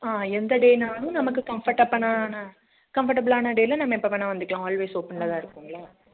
ஆ எந்த டேனாலும் நமக்கு கம்ஃபட்டப்பனான கம்ஃபர்ட்டபிள்ளான டேவில நம்ம எப்போ வேணாலும் வந்துக்கலாம் ஆல்வேஸ் ஓப்பனில் தான் இருக்குங்களா